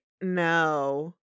no